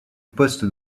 poste